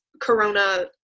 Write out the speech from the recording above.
Corona